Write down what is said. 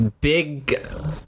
Big